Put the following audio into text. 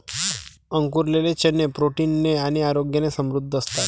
अंकुरलेले चणे प्रोटीन ने आणि आरोग्याने समृद्ध असतात